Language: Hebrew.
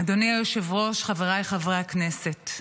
אדוני היושב-ראש, חבריי חברי הכנסת,